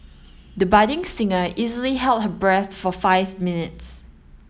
the budding singer easily held her breath for five minutes